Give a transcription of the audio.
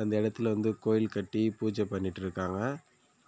அந்த இடத்துல வந்து கோவில் கட்டி பூஜை பண்ணிகிட்டு இருக்காங்க